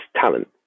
talent